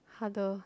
harder